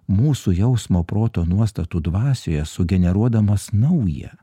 mūsų jausmo proto nuostatų dvasioje sugeneruodamas naują